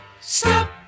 stop